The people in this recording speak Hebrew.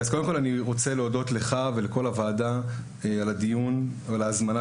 אני רוצה להודות לך ולכל הוועדה על הדיון ועל ההזמנה